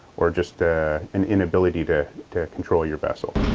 or just ah an inability to to control your vessel.